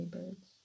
birds